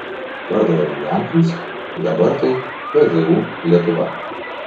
pardavėme lenkams dabar tai pzu lietuva